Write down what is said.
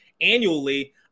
annually